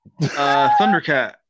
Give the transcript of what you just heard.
Thundercat